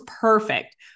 perfect